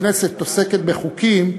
הכנסת עוסקת בחוקים,